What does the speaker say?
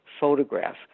photograph